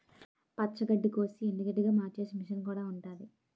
పచ్చి గడ్డికోసి ఎండుగడ్డిగా మార్చేసే మిసన్ కూడా ఉంటాది